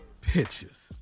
pictures